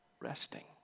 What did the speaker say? resting